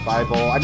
Bible